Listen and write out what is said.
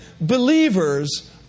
Believers